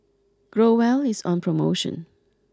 Growell is on promotion